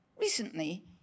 Recently